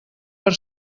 per